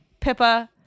Pippa